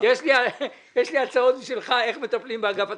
-- יש לי הצעות בשבילך איך מטפלים באגף התקציבים.